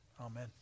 amen